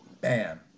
Bam